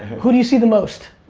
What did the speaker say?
who do you see the most?